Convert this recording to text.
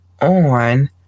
on